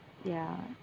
ya